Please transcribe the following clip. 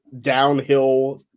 downhill